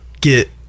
get